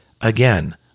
Again